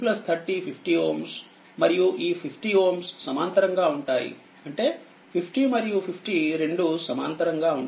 అంటేఈ203050Ω మరియు ఈ50Ωసమాంతరంగా ఉంటాయిఅంటే 50 మరియు 50రెండూసమాంతరంగా ఉంటాయి